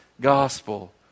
gospel